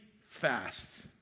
fast